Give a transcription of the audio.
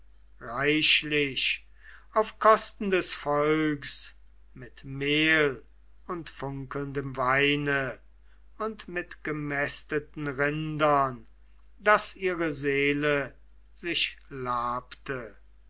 reichlich auf kosten des volks mit mehl und funkelndem weine und mit gemästeten rindern daß ihre seele sich labte